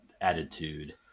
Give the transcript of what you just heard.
attitude